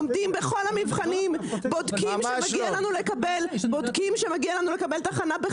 אנחנו עומדים בכל המבחנים ובודקים שמגיע לנו לקבל ----- ממש לא.